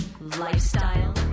lifestyle